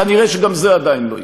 כנראה גם זה עדיין לא יקרה.